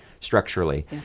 structurally